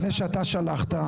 אז לפני שאתה שלחת,